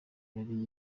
yari